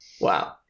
Wow